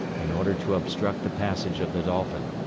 in order to obstruct the passage of the dolphin.